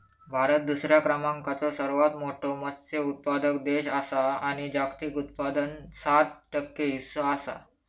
भारत दुसऱ्या क्रमांकाचो सर्वात मोठो मत्स्य उत्पादक देश आसा आणि जागतिक उत्पादनात सात टक्के हीस्सो आसा